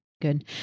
Good